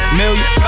million